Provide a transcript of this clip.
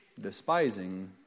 Despising